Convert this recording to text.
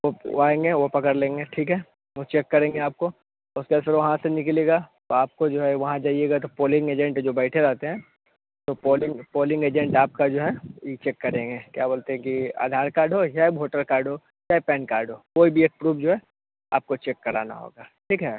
वह आएँगे वह पकड़ लेंगे ठीक है वह चेक करेंगे आपको उस पर वहाँ से निकलिएगा आपको जो है वहाँ जाइएगा तो पोलिंग एजेंट जो बैठे रहते हैं तो पोलिंग एजेंट आपका जो है ई चेक करेंगे क्या बोलते है कि आधार कार्ड हुआ या भोटर कार्ड हो चाहे पेन कार्ड हो कोई भी एक प्रूफ जो है आपको चेक कराना होगा ठीक है